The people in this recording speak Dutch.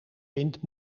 vindt